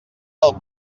del